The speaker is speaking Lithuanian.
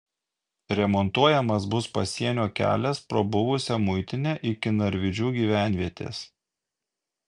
remontuojamas bus pasienio kelias pro buvusią muitinę iki narvydžių gyvenvietės